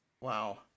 Wow